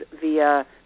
via